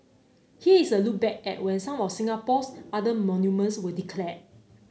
here is a look back at when some of Singapore's other monuments were declared